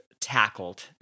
tackled